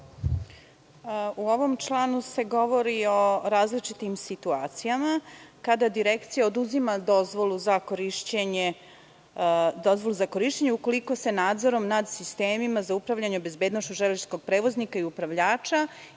U ovom članu se govori o različitim situacijama kada Direkcija oduzima dozvolu za korišćenje, ukoliko se nadzorom nad sistemima za upravljanje bezbednošću železničkog prevoznika i upravljača